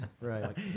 right